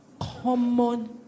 common